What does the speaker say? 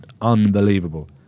unbelievable